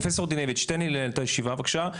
פרופסור דינביץ' תן לי לנהל את הישיבה בבקשה.